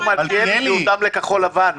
עזוב, מלכיאלי, זה הותאם לכחול לבן.